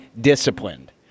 disciplined